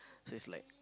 so is like